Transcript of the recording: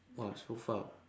!wah! so far